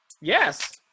Yes